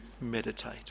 Meditate